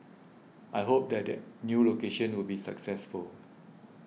I hope that the new location will be successful